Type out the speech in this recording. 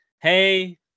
Hey